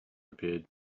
appeared